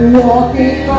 walking